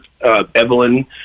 Evelyn